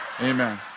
Amen